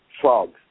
frogs